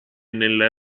nella